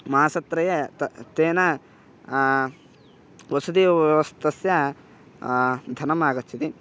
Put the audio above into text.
मासत्रये त तेन वसतिव्यवस्थस्य धनमागच्छति